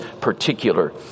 particular